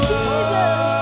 Jesus